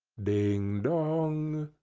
ding, dong!